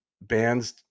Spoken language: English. bands